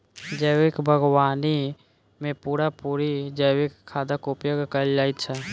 जैविक बागवानी मे पूरा पूरी जैविक खादक उपयोग कएल जाइत छै